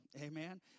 Amen